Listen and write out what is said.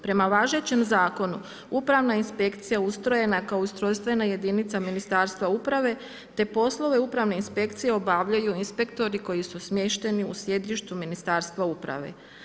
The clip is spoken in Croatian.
Prema važećem zakonu Upravna inspekcija ustrojena je kao ustrojstvena jedinica Ministarstva uprave te poslove Upravne inspekcije obavljaju inspektori koji su smješteni u sjedištu Ministarstva uprave.